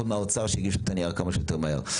מהאוצר שיגישו את הנייר כמה שיותר מהר.